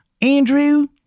Andrew